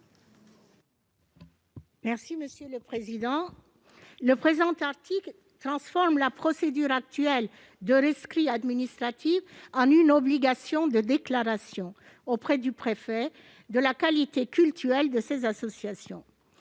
Mme Esther Benbassa. Le présent article transforme la procédure actuelle de rescrit administratif en une obligation de déclaration auprès du préfet de la qualité cultuelle des associations